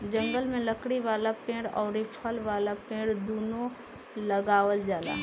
जंगल में लकड़ी वाला पेड़ अउरी फल वाला पेड़ दूनो लगावल जाला